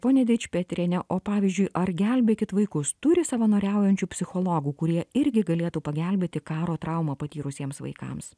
pone dičpetriene o pavyzdžiui ar gelbėkit vaikus turi savanoriaujančių psichologų kurie irgi galėtų pagelbėti karo traumą patyrusiems vaikams